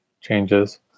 changes